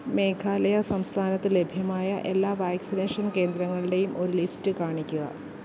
മേഘാലയ സംസ്ഥാനത്ത് ലഭ്യമായ എല്ലാ വാക്സിനേഷൻ കേന്ദ്രങ്ങളുടെയും ഒരു ലിസ്റ്റ് കാണിക്കുക